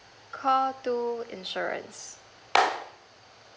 call two insurance